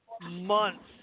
months